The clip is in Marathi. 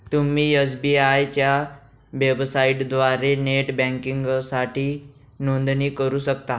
तुम्ही एस.बी.आय च्या वेबसाइटद्वारे नेट बँकिंगसाठी नोंदणी करू शकता